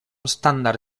standard